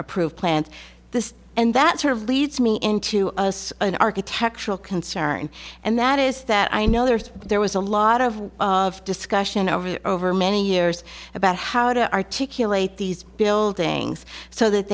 approved plant this and that sort of leads me into us an architectural concern and that is that i know there's there was a lot of discussion over over many years about how to articulate these buildings so that